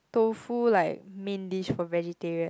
tofu like main dish for vegetarian